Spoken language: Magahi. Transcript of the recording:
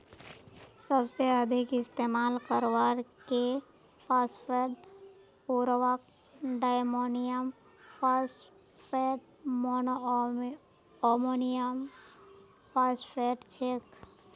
सबसे अधिक इस्तेमाल करवार के फॉस्फेट उर्वरक डायमोनियम फॉस्फेट, मोनोअमोनियमफॉस्फेट छेक